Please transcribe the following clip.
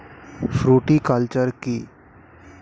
Fruticulture কী?